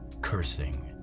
Cursing